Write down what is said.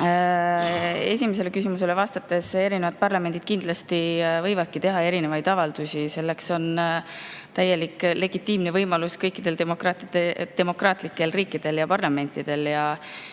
Esimesele küsimusele vastan, et erinevad parlamendid kindlasti võivadki teha erinevaid avaldusi, selleks on täielikult legitiimne võimalus kõikidel demokraatlikel riikidel ja parlamentidel. Kui teil